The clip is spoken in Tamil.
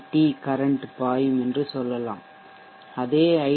டி கரன்ட் பாயும் என்று சொல்லலாம் அதே ஐ